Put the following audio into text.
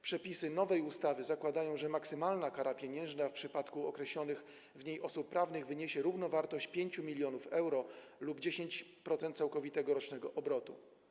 Przepisy nowej ustawy zakładają, że maksymalna kara pieniężna w przypadku określonych w niej osób prawnych wyniesie równowartość 5 mln euro lub 10% całkowitego rocznego obrotu.